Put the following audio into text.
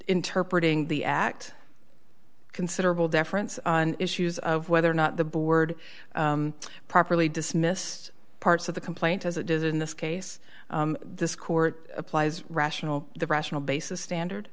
interpretating the act considerable deference on issues of whether or not the board properly dismissed parts of the complaint as it does in this case this court applies rational the rational basis standard